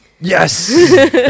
Yes